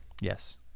yes